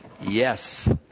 Yes